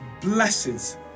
blessings